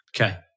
Okay